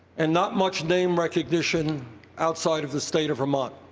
and not much name recognition outside of the state of vermont.